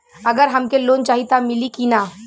अगर हमके लोन चाही त मिली की ना?